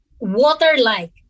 water-like